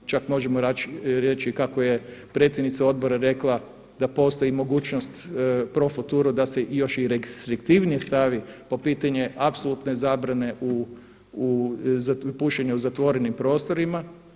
Čak možemo reći kako je predsjednica Odbora rekla da postoji mogućnost profuturo da se još i restriktivnije stavi po pitanje apsolutne zabrane pušenja u zatvorenim prostorima.